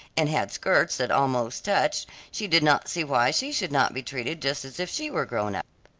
and had skirts that almost touched, she did not see why she should not be treated just as if she were grown up.